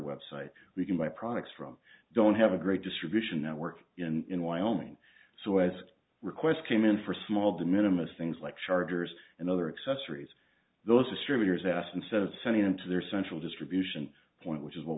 website we can buy products from don't have a great distribution network in wyoming so as requests came in for small de minimus things like chargers and other accessories those distributors asked instead of sending them to their central distribution point which is what